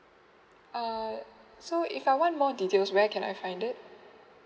oh okay so if I want more details where can I find that